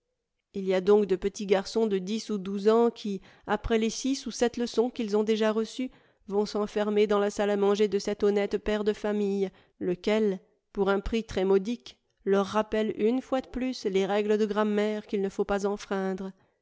il y a donc de petits garçons de dix ou douze ans qui après les six ou sept leçons qu'ils ont déjà reçues vont s'enfermer dans la salle à manger de cet honnête père de famille lequel pour un prix très modique leur rappelle une fois de plus les règles de grammaire qu'il ne faut pas enfreindre